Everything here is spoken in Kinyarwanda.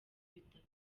bitatu